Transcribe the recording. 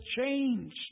changed